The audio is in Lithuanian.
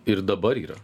ir dabar yra